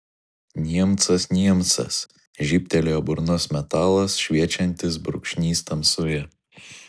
niemcas niemcas žybtelėjo burnos metalas šviečiantis brūkšnys tamsoje